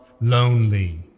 lonely